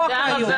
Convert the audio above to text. קחו אחריות.